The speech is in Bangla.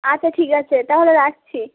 আচ্ছা ঠিক আছে তাহলে রাখছি